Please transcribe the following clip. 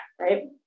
right